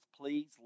Please